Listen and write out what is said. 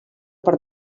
per